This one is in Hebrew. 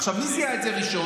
עכשיו, מי זיהה את זה ראשון?